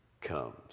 comes